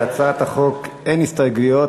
להצעת החוק אין הסתייגויות.